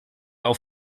auf